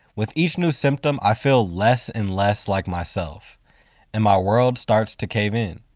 with each new symptom, i feel less and less like myself and my world starts to cave in.